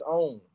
own